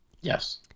yes